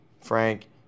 Frank